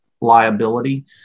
liability